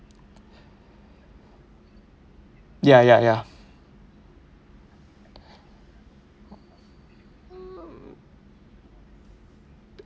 ya ya ya